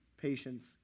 patience